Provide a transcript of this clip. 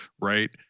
right